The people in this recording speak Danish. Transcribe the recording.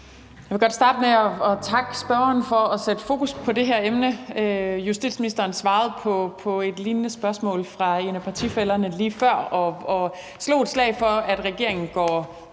Jeg vil godt starte med at takke spørgeren for at sætte fokus på det her emne. Justitsministeren svarede på et lignende spørgsmål fra en af partifællerne lige før og slog et slag for, at regeringen går